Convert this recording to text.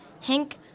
Hank